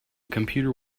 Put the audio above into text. computer